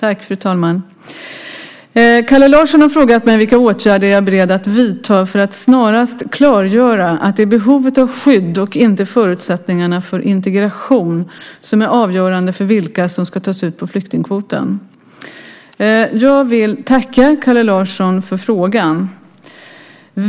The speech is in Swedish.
Fru talman! Kalle Larsson har frågat mig vilka åtgärder jag är beredd att vidta för att snarast klargöra att det är behovet av skydd och inte förutsättningarna för integration som är avgörande för vilka som ska tas ut på flyktingkvoten. Jag vill tacka Kalle Larsson för frågan.